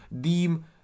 deem